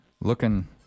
looking